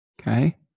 okay